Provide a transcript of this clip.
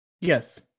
Yes